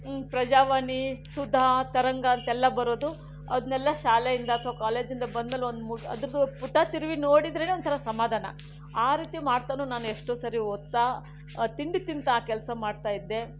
ಪ್ರಜಾವಾಣಿ ಸುಧಾ ತರಂಗ ಅಂತೆಲ್ಲ ಬರೋದು ಅದನ್ನೆಲ್ಲ ಶಾಲೆಯಿಂದ ಅಥವಾ ಕಾಲೇಜಿಂದ ಬಂದಮೇಲೆ ಒಂದು ಮೂರು ಅದರದು ಪುಟ ತಿರುವಿ ನೋಡಿದರೇನೇ ಒಂಥರ ಸಮಾಧಾನ ಆ ರೀತಿ ಮಾಡ್ತಾನೂ ನಾನು ಎಷ್ಟೋ ಸರಿ ಓದ್ತಾ ತಿಂಡಿ ತಿನ್ತಾ ಆ ಕೆಲಸ ಮಾಡ್ತಾ ಇದ್ದೆ